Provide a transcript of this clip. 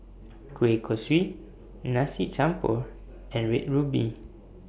Kueh Kosui Nasi Campur and Red Ruby